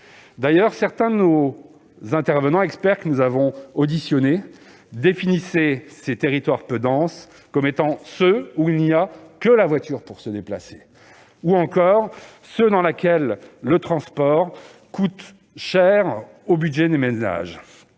D'ailleurs, certains des intervenants et experts que nous avons auditionnés définissent ces territoires peu denses comme étant ceux où il n'y a que la voiture pour se déplacer ou encore ceux dans lesquels le transport coûte cher dans le budget des ménages.